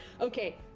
Okay